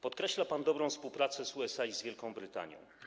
Podkreśla pan dobrą współpracę z USA i Wielką Brytanią.